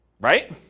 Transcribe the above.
right